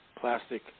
plastic